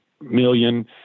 million